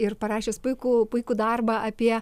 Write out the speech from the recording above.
ir parašęs puikų puikų darbą apie